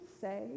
say